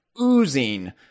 oozing